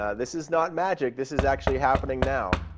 ah this is not magic. this is actually happening now,